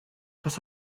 was